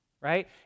right